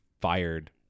fired